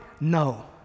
No